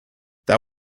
that